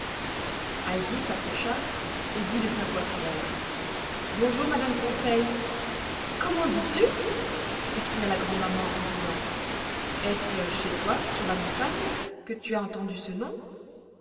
heidi s'approcha et dit de sa voix claire bonjour madame conseil comment dis-tu s'écria la grand'maman en riant est-ce chez toi sur la montagne que tu as entendu ce nom